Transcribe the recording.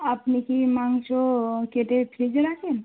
আপনি কি মাংস কেটে ফ্রিজে রাখেন